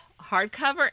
hardcover